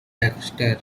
baxter